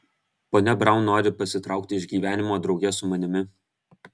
ponia braun nori pasitraukti iš gyvenimo drauge su manimi